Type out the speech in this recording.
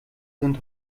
sind